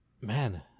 man